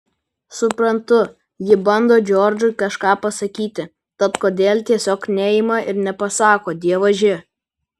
suprantu ji bando džordžui kažką pasakyti tad kodėl tiesiog neima ir nepasako dievaži